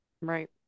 Right